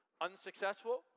unsuccessful